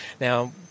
Now